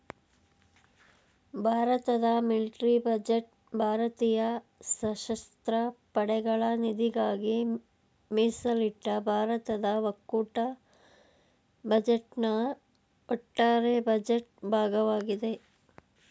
ಭಾರತದ military budget ಭಾರತೀಯ ಸಶಸ್ತ್ರ ಪಡೆಗಳ ನಿಧಿಗಾಗಿ ಮೀಸಲಿಟ್ಟ ಭಾರತದ ಒಕ್ಕೂಟ ಬಜೆಟ್ನ ಒಟ್ಟಾರೆ ಬಜೆಟ್ ಭಾಗವಾಗಿದೆ